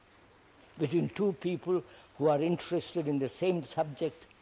between two people who are interested in the same subject